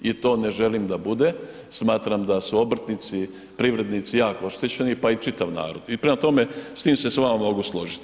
I to ne želim da bude, smatram da su obrtnici i privrednici jako oštećeni pa i čitav narod, i prema tome, s tim se s vama mogu složiti.